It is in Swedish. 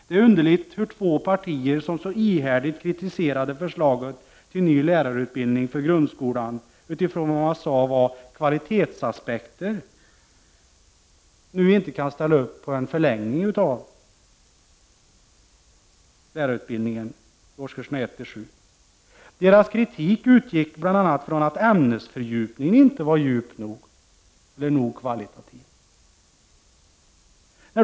Det är underligt att två partier som så ihärdigt kritiserade förslaget till ny lärarutbildning för grundskolan utifrån vad man sade vara kvalitetsaspekter nu inte kan ställa upp på en förlängning av lärarutbildningen för årskurserna 1-7. Deras kritik utgick bl.a. från att det fanns brister i ämnesfördjupningen, att den inte var djup nog.